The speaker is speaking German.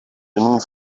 innen